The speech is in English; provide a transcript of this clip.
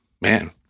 man